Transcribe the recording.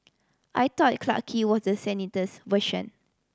I thought Clarke Quay was the sanitise version